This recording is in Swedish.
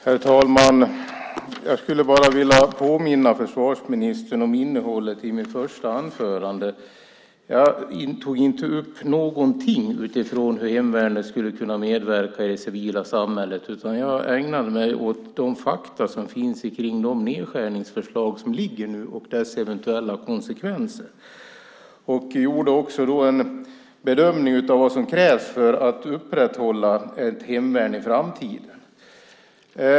Herr talman! Jag skulle bara vilja påminna försvarsministern om innehållet i mitt första anförande. Jag tog inte upp någonting om hur hemvärnet skulle kunna medverka i det civila samhället, utan jag ägnade mig åt de fakta som finns om de nedskärningsförslag som ligger nu och dess eventuella konsekvenser. Jag gjorde också en bedömning av vad som krävs för att upprätthålla ett hemvärn i framtiden.